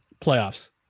Playoffs